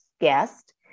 guest